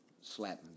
Slapping